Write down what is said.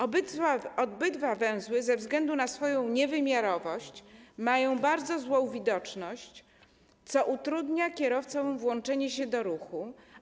Obydwa węzły ze względu na swoją niewymiarowość mają bardzo złą widoczność, co utrudnia kierowcom włączanie się do ruchu.